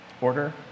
order